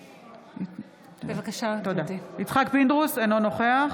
פינדרוס, אינו נוכח